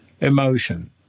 emotion